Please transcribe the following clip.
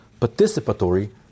participatory